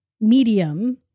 medium